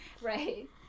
Right